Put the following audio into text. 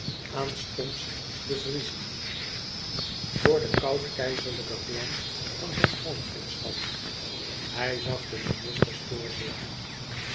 aanstonds bevriezen door den koud keizerlijken glans van zijn kroonprinsschap hij zag de ministers voor zich